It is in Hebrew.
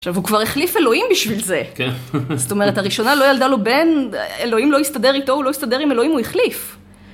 עכשיו, הוא כבר החליף אלוהים בשביל זה. כן. זאת אומרת, הראשונה, לא ילדה לו בן, אלוהים לא יסתדר איתו, הוא לא יסתדר עם אלוהים, הוא החליף.